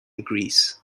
greece